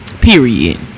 Period